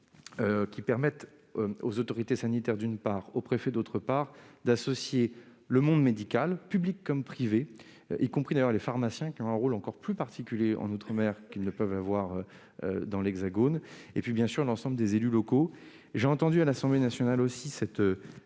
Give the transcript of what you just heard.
qui permettent aux autorités sanitaires, d'une part, et aux préfets, d'autre part, d'associer le monde médical, public comme privé- y compris d'ailleurs les pharmaciens, qui ont un rôle encore plus particulier en outre-mer que dans l'Hexagone -, et l'ensemble des élus locaux. J'ai entendu à l'Assemblée nationale la même